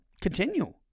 continue